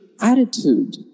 attitude